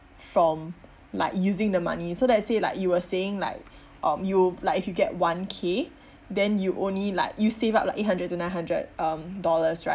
from like using the money so let's say you were saying like um you like if you get one K then you only like you save up like eight hundred to nine hundred um dollars right